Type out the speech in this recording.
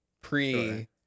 pre